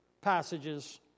passages